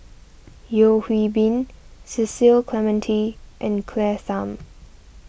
Yeo Hwee Bin Cecil Clementi and Claire Tham